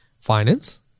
finance